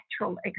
natural